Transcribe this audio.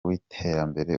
w’iterambere